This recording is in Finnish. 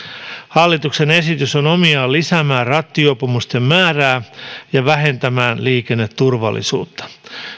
hallituksen esitys on omiaan lisäämään rattijuopumusten määrää ja vähentämään liikenneturvallisuutta